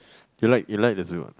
you like you like the zoo ah